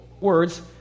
words